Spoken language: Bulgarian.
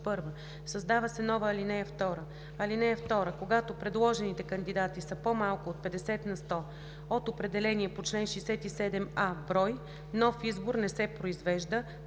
Създава се нова ал. 2: „(2) Когато предложените кандидати са по-малко от 50 на сто от определения по чл. 67а брой, нов избор не се произвежда